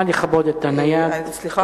סליחה,